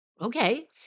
Okay